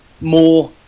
more